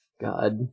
god